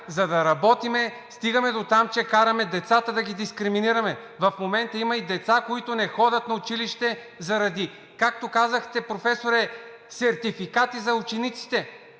за да работим, стигаме до там, че караме децата да ги дискриминираме. В момента има и деца, които не ходят на училище заради, както казахте, професоре, сертификати за учениците.